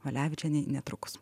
valevičienei netrukus